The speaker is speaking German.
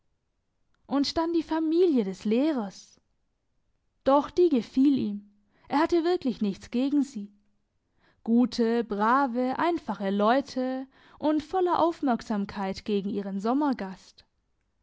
und dann die familie des lehrers doch die gefiel ihm er hatte wirklich nichts gegen sie gute brave einfache leute und voller aufmerksamkeit gegen ihren sommergast